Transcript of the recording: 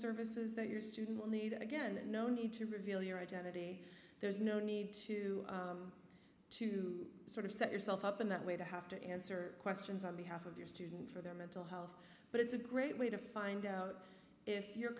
services that your student will need it again no need to reveal your identity there's no need to to sort of set yourself up in that way to have to answer questions on behalf of your student for their mental health but it's a great way to find out if you're